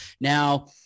Now